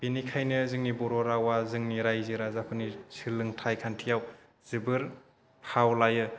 बेनिखायनो जोंनि बर' रावा जोंनि रायजो राजाफोरनि सोलोंथाइ खान्थियाव जोबोर फाव लायो